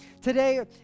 Today